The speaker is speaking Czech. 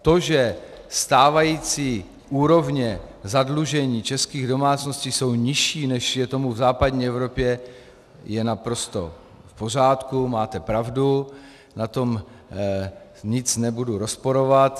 To, že stávající úrovně zadlužení českých domácností jsou nižší, než je tomu v západní Evropě, je naprosto v pořádku, máte pravdu, na tom nic nebudu rozporovat.